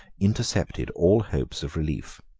intercepted all hopes of relief.